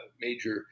major